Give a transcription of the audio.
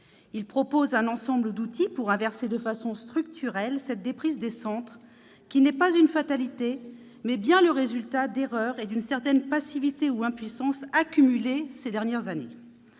Il prévoit un ensemble d'outils pour inverser de façon structurelle cette déprise des centres, qui n'est pas une fatalité, mais bien le résultat d'erreurs et d'une certaine passivité ou impuissance accumulées ces dernières années.